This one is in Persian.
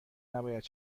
نباید